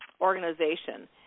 organization